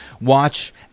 watch